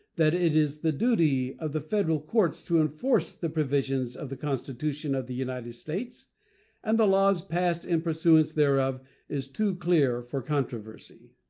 that it is the duty of the federal courts to enforce the provisions of the constitution of the united states and the laws passed in pursuance thereof is too clear for controversy.